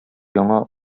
яңа